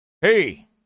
Hey